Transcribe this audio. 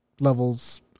levels